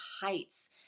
heights